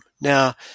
now